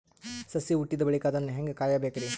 ಸಸಿ ಹುಟ್ಟಿದ ಬಳಿಕ ಅದನ್ನು ಹೇಂಗ ಕಾಯಬೇಕಿರಿ?